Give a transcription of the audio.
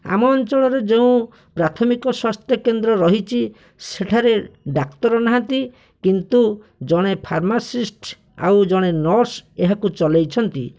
ଆମ ଅଞ୍ଚଳରେ ଯେଉଁ ପ୍ରାଥମିକ ସ୍ୱାସ୍ଥ୍ୟକେନ୍ଦ୍ର ରହିଛି ସେଠାରେ ଡାକ୍ତର ନାହାନ୍ତି କିନ୍ତୁ ଜଣେ ଫର୍ମାସିଷ୍ଟ୍ ଆଉ ଜଣେ ନର୍ସ୍ ଏହାକୁ ଚଳେଇଛନ୍ତି